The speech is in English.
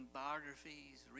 biographies